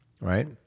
right